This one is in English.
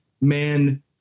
man